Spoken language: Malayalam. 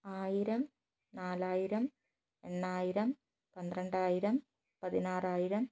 ആയിരം നാലായിരം എണ്ണായിരം പന്ത്രണ്ടായിരം പതിനാറായിരം